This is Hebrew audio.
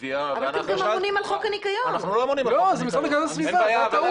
התביעה ואנחנו --- אבל אתם גם אמונים על חוק הניקיון.